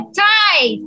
tie